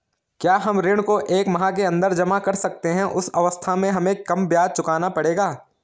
क्या हम ऋण को एक माह के अन्दर जमा कर सकते हैं उस अवस्था में हमें कम ब्याज चुकाना पड़ेगा?